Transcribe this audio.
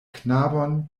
knabon